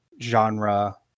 genre